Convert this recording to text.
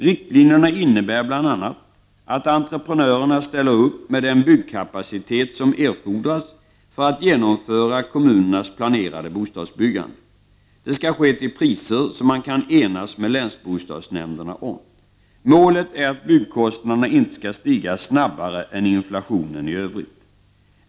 Riktlinjerna innebär bl.a. att entreprenörerna ställer upp med den byggkapacitet som erfordras för att genomföra kommunernas planerade bostadsbyggande. Det skall ske till priser som man kan enas med länsbostadsnämnderna om. Målet är att byggnadskostnaderna inte skall stiga snabbare än inflationen i övrigt.